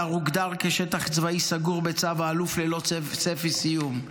האתר הוגדר כשטח צבאי סגור בצו האלוף ללא צפי סיום.